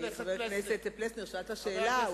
חבר הכנסת פלסנר, חבר הכנסת פלסנר, שאלת שאלה.